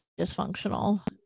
dysfunctional